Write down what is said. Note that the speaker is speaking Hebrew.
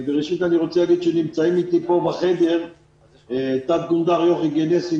בראשית אני רוצה להגיד שנמצאים איתי פה בחדר תת גונדר יוכי גנסין,